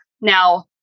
Now